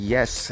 Yes